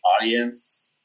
audience